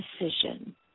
decision